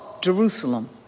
Jerusalem